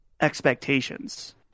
expectations